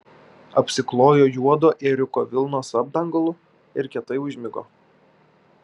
apsiklojo juodo ėriuko vilnos apdangalu ir kietai užmigo